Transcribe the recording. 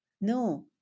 no